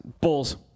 Bulls